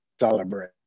celebrate